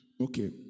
Okay